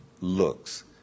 looks